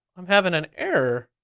i'm having an error.